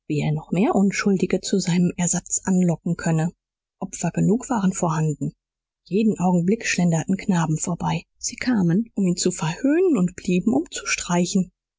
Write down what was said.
er noch mehr unschuldige zu seinem ersatz anlocken könne opfer genug waren vorhanden jeden augenblick schlenderten knaben vorbei sie kamen um ihn zu verhöhnen und blieben um zu streichen